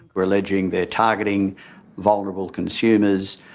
we're alleging they're targeting vulnerable consumers,